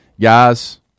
Guys